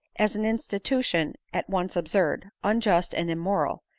as an institution at once absurd, unjust, and immoral,